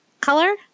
color